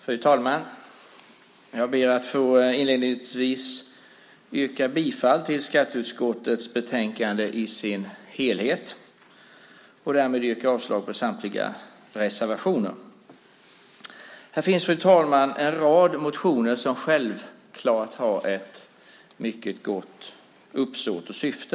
Fru talman! Jag ber att inledningsvis få yrka bifall till utskottets förslag i skatteutskottets betänkande i sin helhet och därmed yrka avslag på samtliga reservationer. Fru talman! Det finns en rad motioner som självklart har ett mycket gott uppsåt och syfte.